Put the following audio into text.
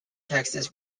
texas